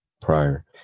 prior